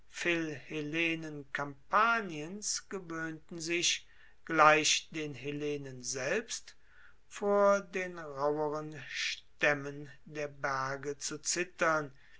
kampaniens gewoehnten sich gleich den hellenen selbst vor den rauheren staemmen der berge zu zittern